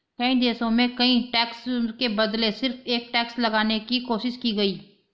कई देशों में कई टैक्स के बदले सिर्फ एक टैक्स लगाने की कोशिश की गयी